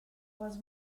was